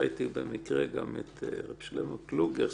אני ראיתי במקרה את הרב שלמה קלוגר,